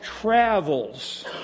travels